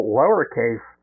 lowercase